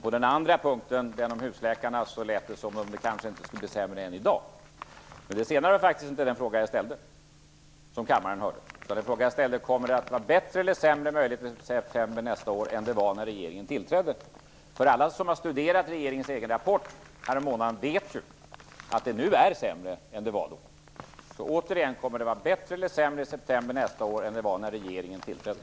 På frågan om husläkarna lät svaret som att det kanske inte skulle bli sämre än i dag, men det var faktiskt inte den frågan jag ställde, som kammare hörde. Jag frågade om det kommer att vara bättre eller sämre möjligheter i september än när regeringen tillträdde. Alla som har studerat regeringens egen rapport härommånaden vet ju att det nu är sämre än det var då. Återigen: Kommer det att vara bättre eller sämre i september nästa år än det var när regeringen tillträdde?